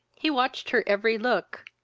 he watched her every look,